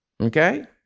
Okay